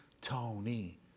Tony